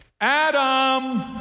Adam